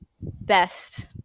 Best